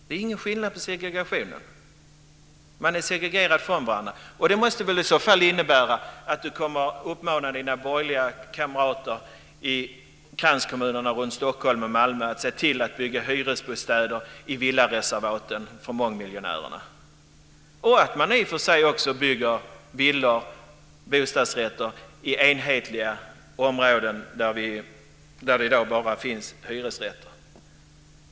Det är ingen skillnad i fråga om segregationen. Man är segregerade från varandra. Det måste väl i så fall innebära att Ulla-Britt Hagström kommer att uppmana sina borgerliga kamrater i kranskommunerna runt Stockholm och Malmö att se till att bygga hyresbostäder i villareservaten för mångmiljonärerna - och i och för sig också att man bygger villor och bostadsrätter i områden där det i dag bara finns hyresrätter.